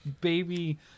baby